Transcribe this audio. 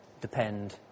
depend